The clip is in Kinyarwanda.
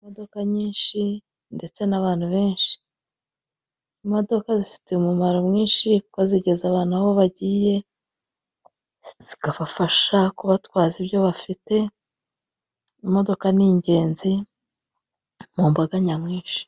Imodoka nyinshi ndetse n'abantu benshi, imodoka zifite umumaro mwinshi kuko zigeza abantu aho bagiye, zikabafasha kubatwaza ibyo bafite, imodoka ni ingenzi mu mbaga nyamwinshi.